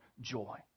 joy